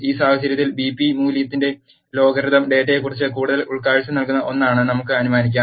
ഈ സാഹചര്യത്തിൽ ബിപി മൂല്യത്തിന്റെ ലോഗരിതം ഡാറ്റയെക്കുറിച്ച് കൂടുതൽ ഉൾക്കാഴ്ച നൽകുന്ന ഒന്നാണെന്ന് നമുക്ക് അനുമാനിക്കാം